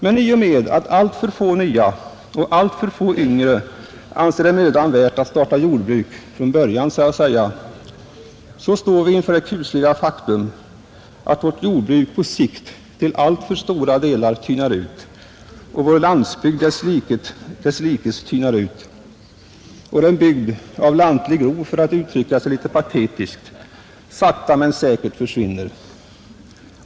Men i och med att alltför få nya och alltför få yngre anser det mödan värt att starta jordbruk från början så att säga, så står vi inför det kusliga faktum att vårt jordbruk på sikt till alltför stora delar tynar ut och vår landsbygd desslikes tynar ut. Bygder med ”lantlig ro”, för att utttrycka sig litet patetiskt, försvinner sakta men säkert.